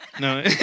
no